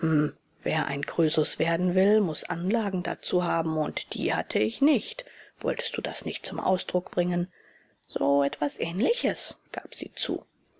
wer ein krösus werden will muß anlagen dazu haben und die hatte ich nicht wolltest du das nicht zum ausdruck bringen so etwas ähnliches gab sie zu